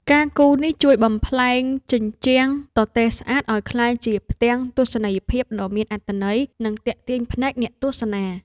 ការគូរនេះជួយបំប្លែងជញ្ជាំងទទេស្អាតឱ្យក្លាយជាផ្ទាំងទស្សនីយភាពដ៏មានអត្ថន័យ និងទាក់ទាញភ្នែកអ្នកទស្សនា។